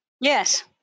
Yes